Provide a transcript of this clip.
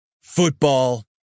Football